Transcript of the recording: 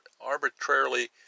arbitrarily